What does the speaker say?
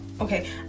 okay